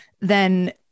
then-